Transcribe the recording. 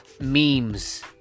memes